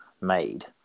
made